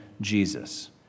Jesus